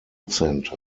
centre